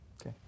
Okay